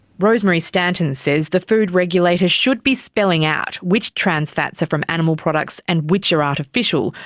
rosemary stanton says the food regulator should be spelling out which trans fats are from animal products and which are artificial,